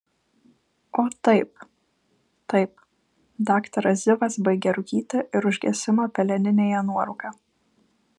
o taip taip daktaras zivas baigė rūkyti ir užgesino peleninėje nuorūką